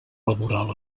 laboral